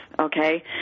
Okay